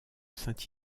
saint